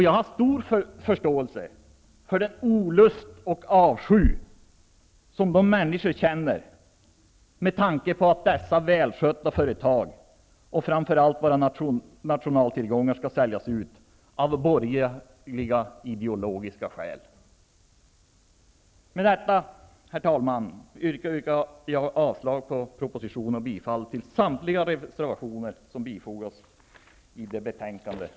Jag har stor förståelse för den olust och avsky som de människorna känner vid tanken på att dessa välskötta företag och framför allt våra nationaltillgångar skall säljas ut av borgerliga ideologiska skäl. Herr talman! Med detta yrkar jag avslag på propositionen och bifall till samtliga reservationer som fogats till betänkandet.